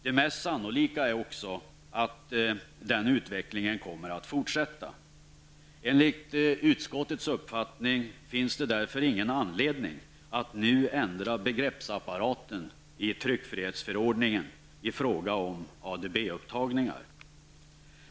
Det mest sannolika är att denna utveckling kommer att fortsätta. Enligt utskottets uppfattning finns det därför ingen anledning att nu ändra begreppsapparaten i tryckfrihetsförordningen i fråga om ADB upptagningar.